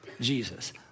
Jesus